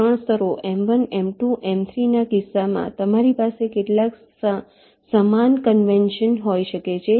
3 સ્તરો m1 m2 m3ના કિસ્સામાં તમારી પાસે કેટલાક સમાન કન્વેન્શન હોઈ શકે છે